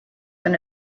and